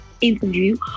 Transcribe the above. interview